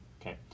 Okay